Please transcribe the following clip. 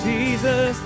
Jesus